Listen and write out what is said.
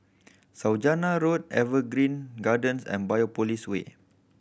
Saujana Road Evergreen Gardens and Biopolis Way